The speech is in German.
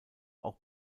auch